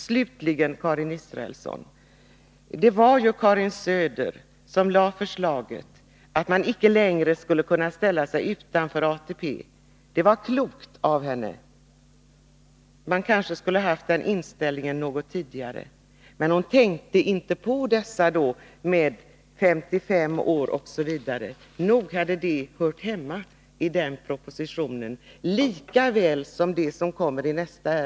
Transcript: Slutligen, Karin Israelsson: Det var Karin Söder som lade fram förslaget om att man icke längre skulle kunna ställa sig utanför ATP. Det var klokt av henne. Den inställningen borde kanske ha kommit till uttryck något tidigare. Men Karin Söder tänkte inte då på åldersgränsen 55 år och liknande. Nog hade det hört hemma i den då framlagda propositionen. Detsamma gäller för det ärende som skall behandlas efter detta.